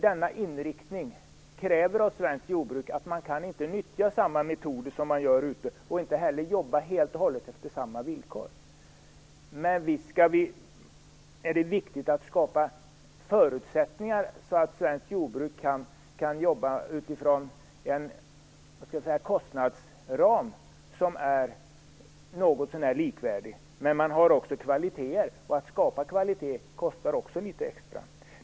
Denna inriktning förutsätter att svenskt jordbruk inte kan nyttja samma metoder som man gör i andra EU-länder. Man kan inte heller arbeta efter samma villkor. Visst är viktigt att skapa förutsättningar så att svenska jordbrukare kan arbeta utifrån en kostnadsram som är något så när likvärdig. Men man har också kvaliteter, och att skapa kvalitet kostar litet extra.